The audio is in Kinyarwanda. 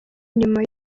nyuma